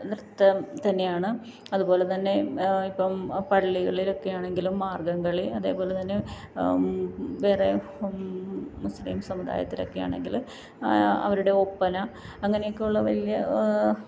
നൃത്തം തന്നെയാണ് അതുപോലെത്തന്നെ ഇപ്പം പള്ളികളിലൊക്കെയാണെങ്കിലും മാർഗ്ഗം കളി അതേപോലെത്തന്നെ വേറെ മുസ്ലിം സമുദായത്തിലൊക്കെയാണെങ്കിൽ ആ അവരുടെ ഒപ്പന അങ്ങനെയൊക്കെയുള്ള വല്യ